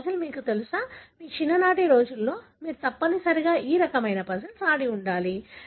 ఈ పజిల్ మీకు తెలుసా మీ చిన్ననాటి రోజుల్లో మీరు తప్పనిసరిగా ఈ రకమైన పజిల్స్ ఆడి ఉండాలి